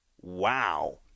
Wow